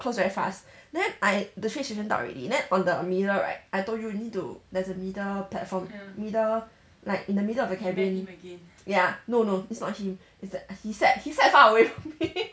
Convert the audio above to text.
close very fast then I the train station 到 already then on the middle right I told you need to there's a middle platform middle like in the middle of a cabin ya no no it's not him he sat he sat far away from me